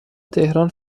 تهران